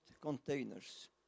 containers